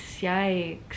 yikes